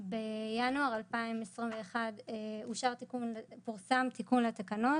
בינואר 2021 פורסם תיקון לתקנות,